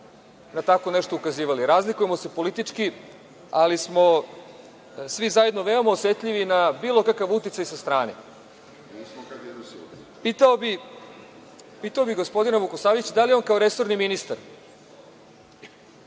na teko nešto ukazivali. Razlikujemo se politički, ali smo svi zajedno veoma osetljivi na bilo kakav uticaj sa strane. Pitao bih gospodina Vukosavljevića da li on kao resorni ministar